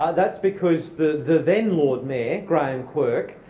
that's because the the then lord mayor, graham quirk,